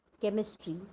Chemistry